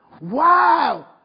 Wow